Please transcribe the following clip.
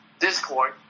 Discord